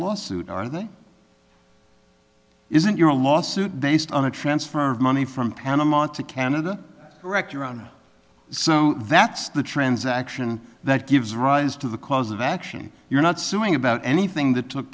lawsuit are they isn't your lawsuit based on a transfer of money from panama to canada correct your own so that's the transaction that gives rise to the cause of action you're not suing about anything that took